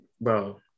bro